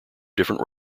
different